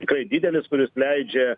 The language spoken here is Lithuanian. tikrai didelis kuris leidžia